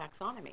Taxonomy